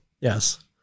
Yes